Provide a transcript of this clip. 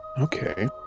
Okay